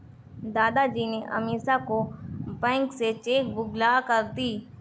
दादाजी ने अमीषा को बैंक से चेक बुक लाकर दी